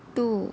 two